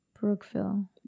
Brookville